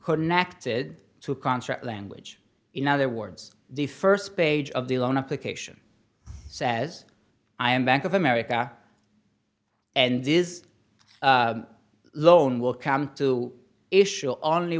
connected to a contract language in other words the st page of the loan application says i am bank of america and is a loan will come to issue on